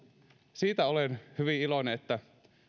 siitä olen hyvin iloinen että